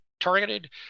targeted